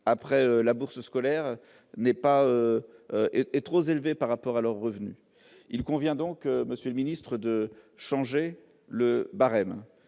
fois la bourse scolaire déduite, est trop élevé par rapport à leurs revenus. Il convient donc, monsieur le ministre, de changer le barème.